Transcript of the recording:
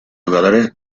jugadores